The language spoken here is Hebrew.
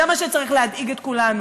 זה מה שצריך להדאיג את כולנו,